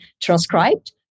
transcribed